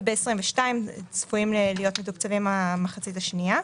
וב-22' צפויים להיות מתוקצבים המחצית השנייה.